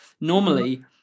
normally